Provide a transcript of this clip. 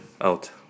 out